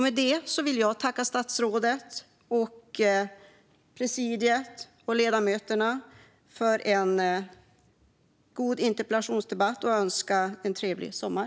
Med det vill jag tacka statsrådet, presidiet och ledamöterna för en god interpellationsdebatt och önska en trevlig sommar.